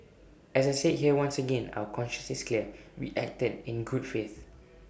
as I said here once again our conscience is clear we acted in good faith